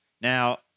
now